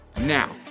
Now